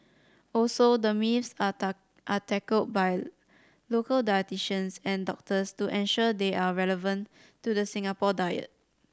also the myths are are tackled by local dietitians and doctors to ensure they are relevant to the Singapore diet